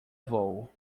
vôo